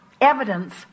evidence